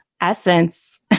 essence